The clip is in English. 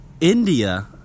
India